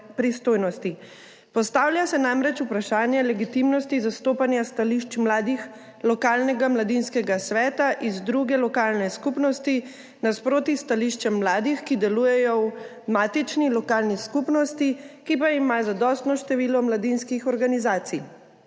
pristojnosti. Postavlja se namreč vprašanje legitimnosti zastopanja stališč mladih lokalnega mladinskega sveta iz druge lokalne skupnosti nasproti stališčem mladih, ki delujejo v matični lokalni skupnosti, ki pa ima zadostno število mladinskih organizacij.